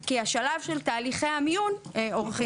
כי הם לא יודעים